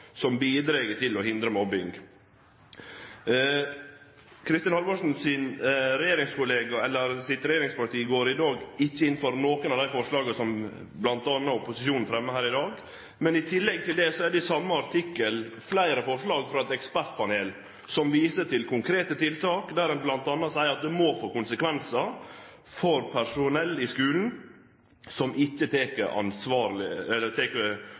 som bidreg til å hindre mobbing. Kristin Halvorsens regjeringsparti går ikkje inn for nokon av dei forslaga som opposisjonen fremjer i dag. I den same artikkelen er det i tillegg fleire forslag frå eit ekspertpanel om konkrete tiltak, der ein bl.a. seier at det må få konsekvensar for personell i skulen som ikkje tek